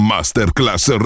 Masterclass